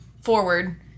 forward